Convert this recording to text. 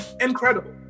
Incredible